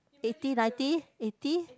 eighty ninety eighty